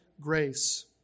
grace